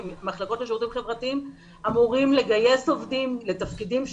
והמחלקות לשירותים חברתיים אמורות לגייס עובדים לתפקידים שונים,